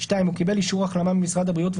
הוא קיבל אישור החלמה ממשרד הבריאות,